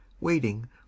waiting